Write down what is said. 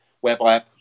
whereby